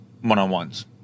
one-on-ones